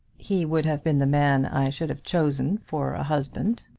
he would have been the man i should have chosen for a husband.